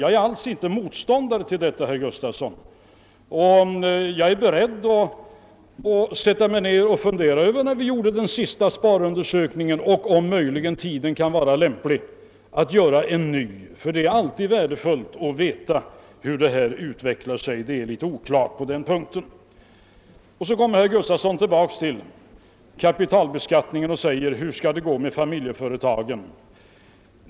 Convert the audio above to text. Jag är inte alls någon motståndare till sådana, herr Gustafson, och jag är beredd att sätta mig ned och fundera om tiden nu möjligen kan vara mogen att göra en ny. Det är alltid värdefullt att få veta hur sparandet utvecklat sig; det är litet oklart på den punkten. Sedan kom herr Gustafson tillbaka till frågan om kapitalbeskattningen och undrade, hur det skulle gå med familjeföretagen.